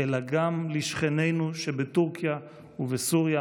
אלא גם לשכנינו שבטורקיה ובסוריה,